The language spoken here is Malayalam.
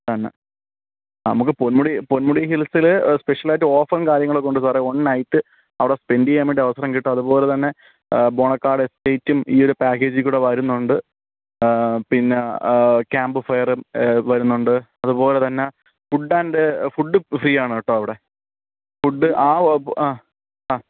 തന്നെ നമുക്കു പൊൻമുടി പൊൻമുടി ഹിൽസിൽ സ്പെഷ്യലായിട്ട് ഓഫറും കാര്യങ്ങളൊക്കെയുണ്ട് സാറേ വൺ നൈറ്റ് അവിടെ സ്പെൻഡ് ചെയ്യാൻ വേണ്ടി അവസരം കിട്ടും അതുപോലെ തന്നെ ബോണക്കാട് എസ്റ്റേറ്റും ഈ ഒരു പാക്കേജിക്കൂടെ വരുന്നുണ്ട് പിന്നെ ക്യാമ്പ് ഫയറും വരുന്നുണ്ട് അതുപോലെ തന്നെ ഫുഡ് ആൻഡ് ഫുഡ് ഫ്രീയാണ് കേട്ടോ അവിടെ ഫുഡ് ആ വകുപ്പ് ആ ആ